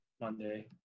Monday